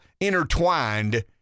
intertwined